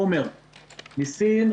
חומר מסין,